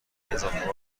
اضافه